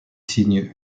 signe